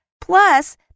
Plus